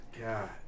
God